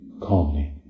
calmly